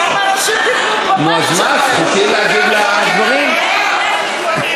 אנשים דיברו בבית שלהם, נו, אז